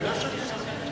מה שעשינו בשבילכם.